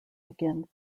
again